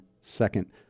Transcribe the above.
second